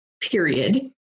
period